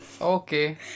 Okay